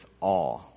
awe